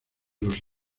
los